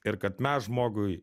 ir kad mes žmogui